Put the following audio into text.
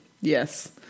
Yes